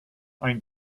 ein